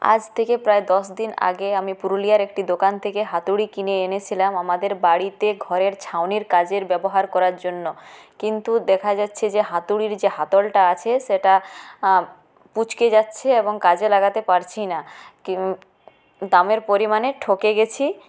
আজ থেকে প্রায় দশ দিন আগে আমি পুরুলিয়ার একটি দোকান থেকে হাতুড়ি কিনে এনেছিলাম আমাদের বাড়িতে ঘরের ছাউনির কাজের ব্যবহার করার জন্য কিন্তু দেখা যাচ্ছে যে হাতুড়ির যে হাতল তা আছে সেটা কুঁচকে যাচ্ছে এবং কাজে লাগাতে পারছি না দামের পরিমাণে ঠকে গেছি